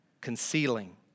concealing